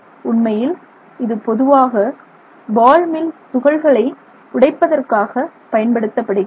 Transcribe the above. உண்மையில் இது பொதுவாக பால் மில் துகள்களை உடைப்பதற்காக பயன்படுத்தப்படுகிறது